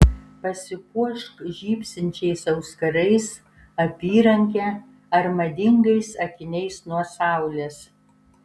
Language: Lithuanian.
pasipuošk žybsinčiais auskarais apyranke ar madingais akiniais nuo saulės